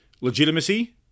legitimacy